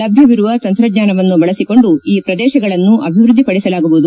ಲಭ್ಯವಿರುವ ತಂತ್ರಜ್ಞಾನವನ್ನು ಬಳಸಿಕೊಂಡು ಈ ಪ್ರದೇಶಗಳನ್ನು ಅಭಿವೃದ್ದಿಪಡಿಸಲಾಗುವುದು